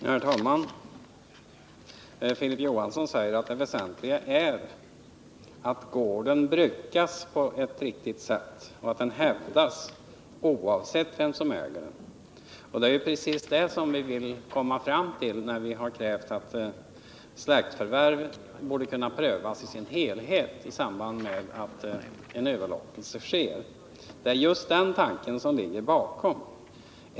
Herr talman! Filip Johansson säger att det väsentliga är att gården brukas på ett riktigt sätt och att den hävdas — oavsett vem som äger den. Det är ju precis den tanken som ligger bakom när vi kräver att släktförvärv skall kunna prövas i samband med att en överlåtelse sker.